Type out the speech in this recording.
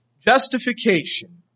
Justification